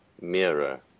mirror